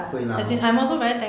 会 lah hor